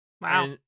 Wow